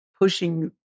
pushing